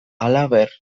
halaber